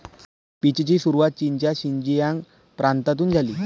पीचची सुरुवात चीनच्या शिनजियांग प्रांतातून झाली